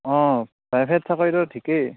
অঁ প্ৰাইভেট চাকৰিটো ঠিকেই